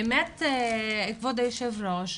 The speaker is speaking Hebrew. באמת כבוד היושב ראש,